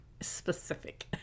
specific